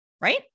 right